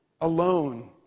alone